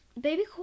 Baby